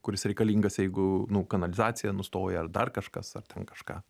kuris reikalingas jeigu nu kanalizacija nustoja ar dar kažkas ar ten kažką